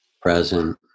present